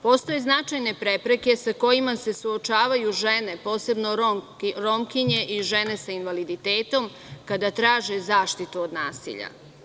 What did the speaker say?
Postoje značajne prepreke sa kojima se suočavaju žene, posebno Romkinje i žene sa invaliditetom, kada traže zaštitu od nasilja.